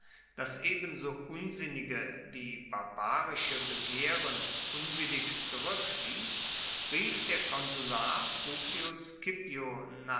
das ebenso unsinnige wie barbarische begehren unwillig zurückwies rief der konsular publius